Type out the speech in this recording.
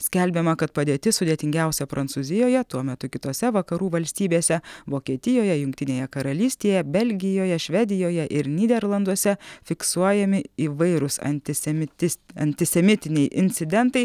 skelbiama kad padėtis sudėtingiausia prancūzijoje tuo metu kitose vakarų valstybėse vokietijoje jungtinėje karalystėje belgijoje švedijoje ir nyderlanduose fiksuojami įvairūs antisemitis antisemitiniai incidentai